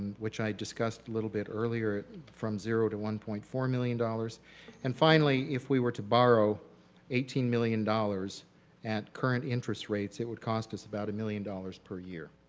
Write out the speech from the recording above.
which i discussed a little bit earlier from zero to one point four million dollars dollars and finally, if we were to borrow eighteen million dollars at current interest rates, it would cost us about a million dollars per year.